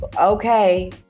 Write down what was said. okay